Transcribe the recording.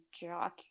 jock